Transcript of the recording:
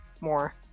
more